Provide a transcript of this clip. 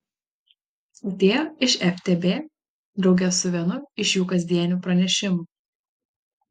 atėjo iš ftb drauge su vienu iš jų kasdienių pranešimų